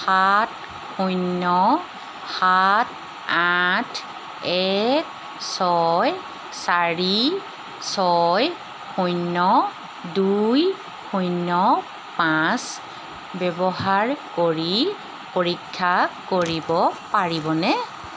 সাত শূন্য সাত আঠ এক ছয় চাৰি ছয় শূন্য দুই শূন্য পাঁচ ব্যৱহাৰ কৰি পৰীক্ষা কৰিব পাৰিবনে